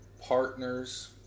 partners